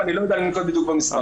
אני לא יודע לנקוב בדיוק במספר.